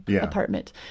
apartment